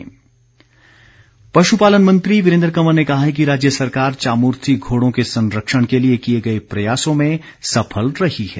संरक्षण पश्पालन मंत्री वीरेन्द्र कंवर ने कहा है कि राज्य सरकार चामुर्थी घोड़ों के संरक्षण के लिए किए गए प्रयासों में सफल रही है